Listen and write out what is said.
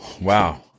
Wow